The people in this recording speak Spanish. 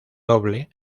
doble